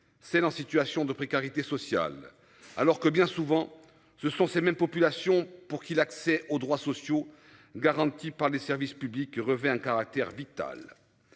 celles en situation de précarité sociale alors que bien souvent, ce sont ces mêmes populations pour qui l'accès aux droits sociaux garantis par les services publics revêt un caractère vital.